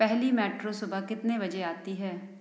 पहेली मेट्रो सुबह कितने बजे आती है